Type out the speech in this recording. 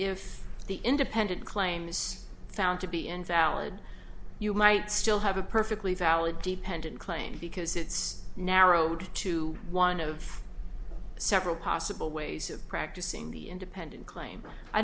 if the independent claims found to be invalid you might still have a perfectly valid dependent claim because it's narrowed to one of several possible ways of practicing the independent claim i